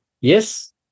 yes